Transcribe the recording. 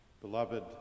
Beloved